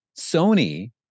Sony